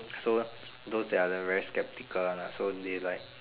so those they're the very skeptical one ah so they like